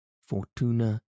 fortuna